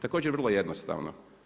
Također vrlo jednostavno.